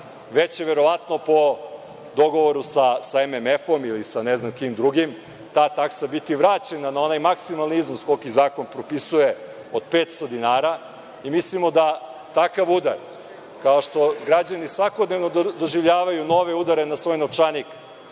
već će verovatno po dogovoru sa MMF-om ili sa ne znam kim drugim ta taksa biti vraćena na onaj maksimalni iznos koliki zakon propisuje od 500 dinara. Mislimo da takav udar, kao što građani svakodnevno doživljavaju nove udare na svoj novčanik